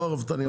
לא הרפתנים.